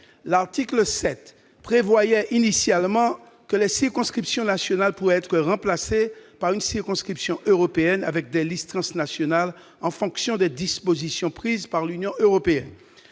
du texte prévoyait initialement que les circonscriptions nationales pourraient être remplacées par une circonscription européenne, avec des listes transnationales en fonction des dispositions prises par l'Union européenne.